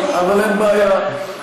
אבל אין בעיה,